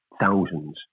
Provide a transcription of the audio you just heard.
thousands